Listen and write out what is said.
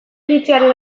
iritziaren